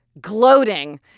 gloating